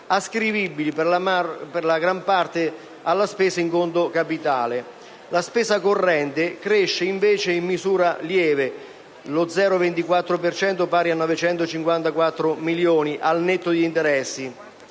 ascrivibili per la gran parte alla spesa in conto capitale. La spesa corrente cresce, invece, in misura lieve (0,24 per cento, pari a 954 milioni) al netto degli interessi.